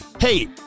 Hey